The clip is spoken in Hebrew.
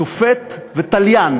שופט ותליין,